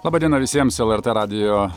laba diena visiems lrt radijo